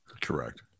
Correct